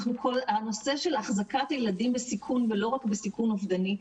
הנושא של החזקת ילדים בסיכון ולא רק בסיכון אובדני,